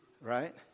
Right